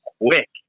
quick